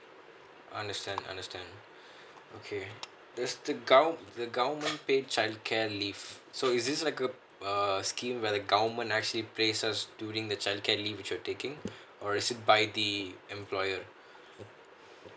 understand understand okay does the gov~ government paid childcare leave so is it like uh err scheme where government actually pay us during the childcare leave that we are taking or is it by the employer